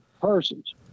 persons